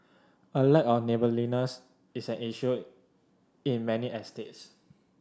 a lack of neighbourliness is an issue in many estates